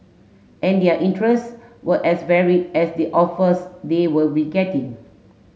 and their interest were as varied as the offers they will be getting